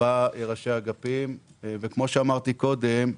ארבעה ראשי אגפים, וכמו שאמרתי קודם,